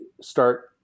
start